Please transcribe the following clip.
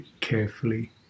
carefully